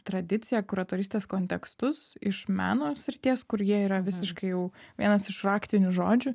tradiciją kuratorystės kontekstus iš meno srities kur jie yra visiškai jau vienas iš raktinių žodžių